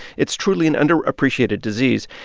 it's truly an underappreciated disease.